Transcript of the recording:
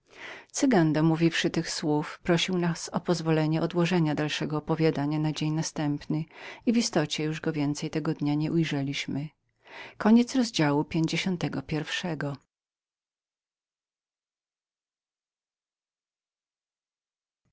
cygan domówiwszy tych słów prosił nas o pozwolenie odłożenia dalszego opowiadania na dzień następny i w istocie już go więcej nie ujrzeliśmy